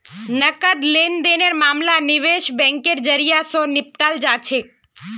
नकद लेन देनेर मामला निवेश बैंकेर जरियई, स निपटाल जा छेक